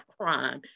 crime